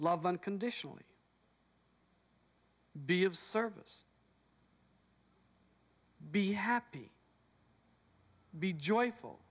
love unconditionally be of service be happy be joyful